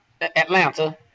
Atlanta